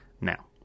Now